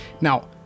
Now